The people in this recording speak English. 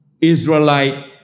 Israelite